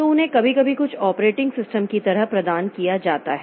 तो उन्हें कभी कभी कुछ ऑपरेटिंग सिस्टम की तरह प्रदान किया जाता है